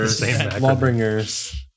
Lawbringers